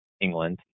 England